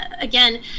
again